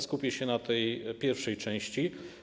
Skupię się na tej pierwszej części.